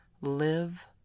live